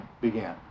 began